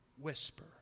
whisper